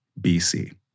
BC